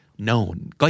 known (